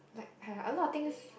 like uh a lot of things